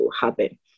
happen